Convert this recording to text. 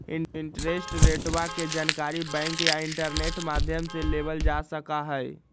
interest रेटवा के जानकारी बैंक या इंटरनेट माध्यम से लेबल जा सका हई